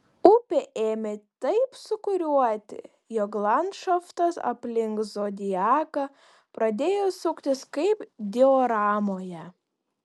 upė ėmė taip sūkuriuoti jog landšaftas aplink zodiaką pradėjo suktis kaip dioramoje